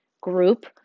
group